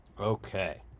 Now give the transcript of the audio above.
Okay